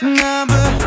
number